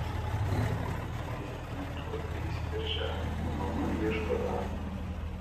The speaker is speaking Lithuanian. brolių numylėtinė tuoj eis į darželį o mama ieško darbo